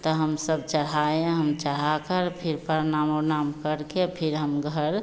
तो हम सब चढ़ाए हम चढ़ाकर फिर परनाम वरनाम करके फिर हम घर